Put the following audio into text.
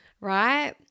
right